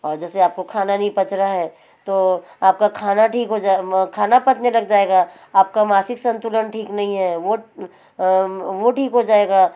और जैसे आपको खाना नहीं पच रहा है तो आपका खाना ठीक हो जाए खाना पचने लग जाएगा आपका मानसिक संतुलन ठीक नहीं है वो वो ठीक हो जाएगा